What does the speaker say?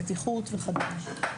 בטיחות וכדומה.